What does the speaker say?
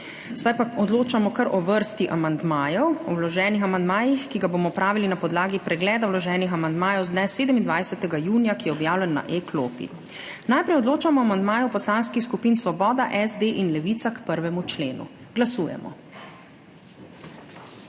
Zdaj pa odločamo kar o vrsti amandmajev, o vloženih amandmajih, ki ga bomo opravili na podlagi pregleda vloženih amandmajev z dne 27. junija, ki je objavljen na e-klopi. Najprej odločamo o amandmaju poslanskih skupin Svoboda, SD in Levica k 1. členu. Glasujemo.